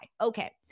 Okay